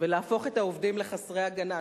ולהפוך את העובדים לחסרי הגנה.